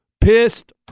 pissed